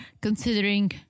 considering